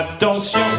Attention